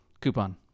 coupon